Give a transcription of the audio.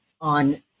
on